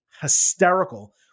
hysterical